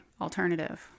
alternative